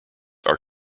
are